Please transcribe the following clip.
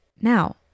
Now